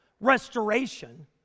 restoration